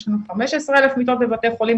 יש לנו 15 אלף מיטות בבתי חולים,